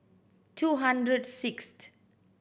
two hundred sixth